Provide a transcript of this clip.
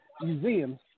museums